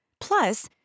Plus